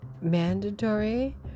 mandatory